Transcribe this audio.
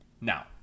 Now